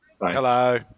Hello